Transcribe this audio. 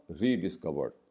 Rediscovered